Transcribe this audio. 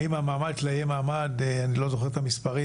האם המעמד שלה יהיה מעמד A או B,